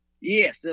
Yes